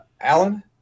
Alan